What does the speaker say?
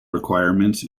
requirements